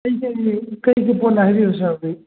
ꯀꯔꯤ ꯄꯣꯠꯅꯣ ꯍꯥꯏꯕꯤꯌꯨ ꯁꯥꯔꯕꯨ